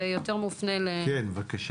זה יותר מופנה כלפי